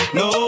no